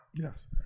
Yes